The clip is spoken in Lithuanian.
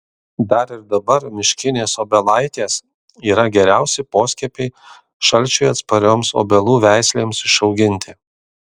dar ir dabar miškinės obelaitės yra geriausi poskiepiai šalčiui atsparioms obelų veislėms išauginti